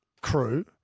crew